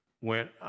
went